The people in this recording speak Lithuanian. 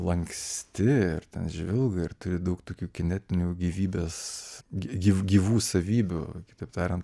lanksti ir ten žvilga ir turi daug tokių kinetinių gyvybės gyvų savybių kitaip tariant